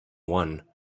one